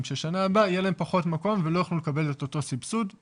ששנה הבאה יהיה להם פחות מקום ולא יוכלו לקבל את אותו סבסוד.